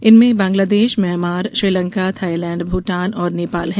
इनमें Bangladesh Myanmar Sri Lanka Thailand Bhutan और नेपाल है